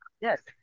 Yes